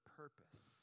purpose